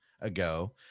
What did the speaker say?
ago